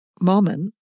Moment